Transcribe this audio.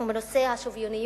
מהמגזר הפרטי.